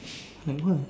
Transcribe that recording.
like what